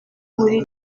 muri